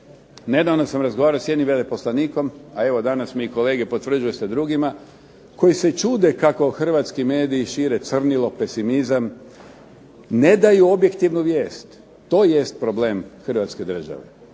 Nedavno sam razgovarao s jednim veleposlanikom, a evo danas mi i kolege potvrđuju sa drugima, koji se čude kako hrvatski mediji šire crnilo, pesimizam, ne daju objektivnu vijest. To jest problem hrvatske države.